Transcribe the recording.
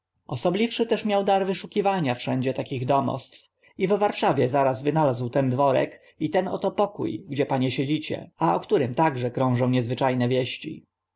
osobliwszy też miał dar wyszukiwania wszędzie takich domostw i w warszawie zaraz wynalazł ten dworek i ten oto pokó gdzie panie siedzicie a o którym także krążą niezwycza ne wieści